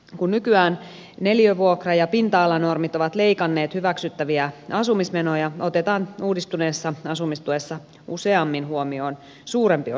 kun nykyään neliövuokra ja pinta alanormit ovat leikanneet hyväksyttäviä asumismenoja otetaan uudistuneessa asumistuessa useammin huomioon suurempi osa vuokrasta